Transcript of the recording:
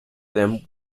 them